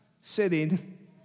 sitting